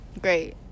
Great